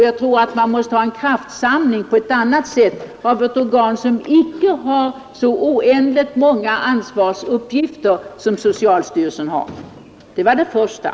Jag tror att det måste ske en kraftsamling på ett annat sätt av ett organ som inte har så oändligt många ansvarsuppgifter som socialstyrelsen har. Det var det första.